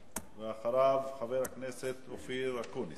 אחריו, חבר הכנסת אופיר אקוניס.